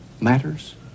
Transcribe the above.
matters